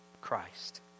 Christ